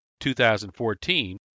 2014